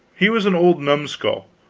he was an old numskull,